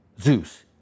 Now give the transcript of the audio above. Zeus